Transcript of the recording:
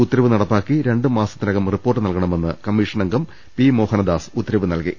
ഉത്ത രവ് നടപ്പാക്കി രണ്ടുമാസത്തിനകം റിപ്പോർട്ട് നൽകണമെന്ന് കമ്മീഷൻ അംഗം പി മോഹനദാസ് ഉത്തരവ് നൽകി